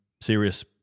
serious